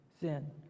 Sin